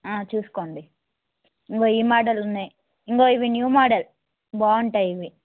చూసుకోండి ఇదిగో ఈ మోడల్ ఉన్నాయి ఇదిగో ఇవి న్యూ మోడల్ బాగుంటాయి ఇవి